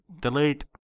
delete